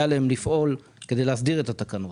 היה עליהם לפעול כדי להסדיר את התקנות.